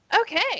Okay